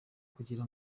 kugira